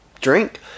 drink